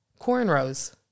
Cornrows